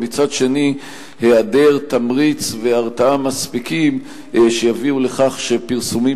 ומצד שני היעדר תמריץ והרתעה מספיקים שיביאו לכך שפרסומים